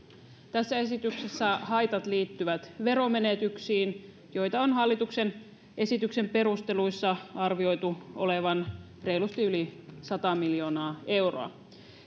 tässä esityksessä haitat liittyvät veromenetyksiin joita on hallituksen esityksen perusteluissa arvioitu olevan reilusti yli sata miljoonaa euroa